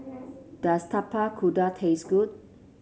does Tapak Kuda taste good